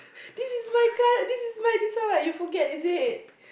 this is white card this is white that's why you forget is it